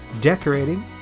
decorating